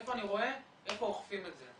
איפה אני רואה איפה אוכפים את זה?